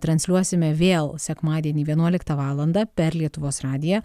transliuosime vėl sekmadienį vienuoliktą valandą per lietuvos radiją